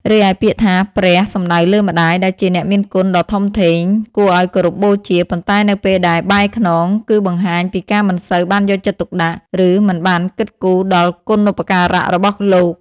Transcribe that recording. រីឯពាក្យថា "ព្រះ" សំដៅលើម្ដាយ ដែលជាអ្នកមានគុណដ៏ធំធេង គួរឲ្យគោរពបូជា ប៉ុន្តែនៅពេលដែល "បែរខ្នង" គឺបង្ហាញពីការមិនសូវបានយកចិត្តទុកដាក់ ឬមិនបានគិតគូរដល់គុណូបការៈរបស់លោក។